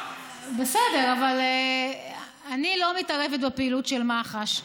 בסדר, אבל אני לא מתערבת בפעילות של מח"ש.